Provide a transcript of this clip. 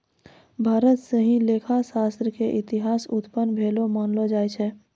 भारत स ही लेखा शास्त्र र इतिहास उत्पन्न भेलो मानलो जाय छै